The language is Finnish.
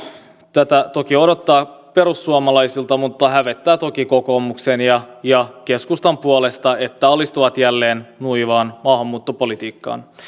tätä toki odottaa perussuomalaisilta mutta hävettää toki kokoomuksen ja ja keskustan puolesta että ne alistuvat jälleen nuivaan maahanmuuttopolitiikkaan